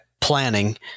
planning